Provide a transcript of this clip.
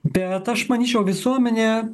bet aš manyčiau visuomenė